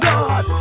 God